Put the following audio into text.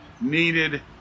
needed